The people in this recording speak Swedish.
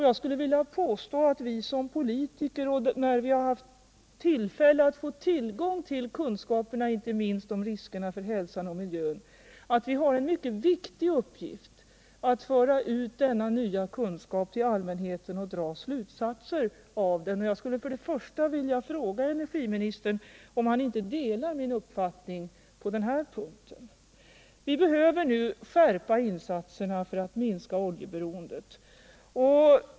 Jag skulle vilja påstå att vi politiker, när vi har fått tillgång till kunskaperna inte minst om riskerna för hälsa och miljö, har som en mycket viktig uppgift att föra ut denna nya kunskap till allmänheten och dra slutsatser av den. Delar inte energiministern min uppfattning på den punkten? Vi behöver skärpa insatserna för att minska oljeberoendet.